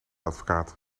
advocaat